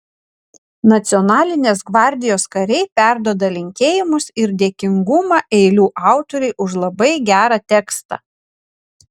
nacionalinės gvardijos kariai perduoda linkėjimus ir dėkingumą eilių autorei už labai gerą tekstą